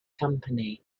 company